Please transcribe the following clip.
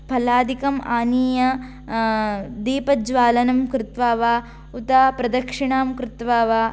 फलादिकं आनीय दीपज्वालनं कृत्वा वा उत प्रदक्षिणां कृत्वा वा